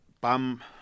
bum